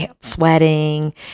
sweating